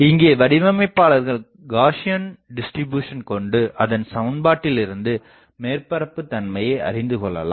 இங்கே வடிவமைப்பாளர்கள் Gaussian distribution கொண்டு அதன் சமன்பாட்டிலிருந்து மேற்பரப்பு தன்மையை அறிந்து கொள்ளலாம்